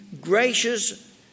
gracious